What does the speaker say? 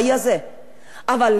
הייתם צריכים רק דבר אחד,